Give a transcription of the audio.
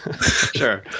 Sure